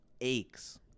aches